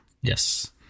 Yes